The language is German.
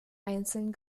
einzeln